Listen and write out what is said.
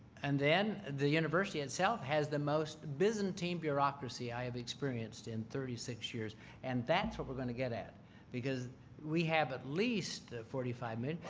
and then the university itself has the most byzantine bureaucracy i have experienced in thirty six years and that's what we're going to get at because we have at least forty five million